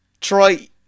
Troy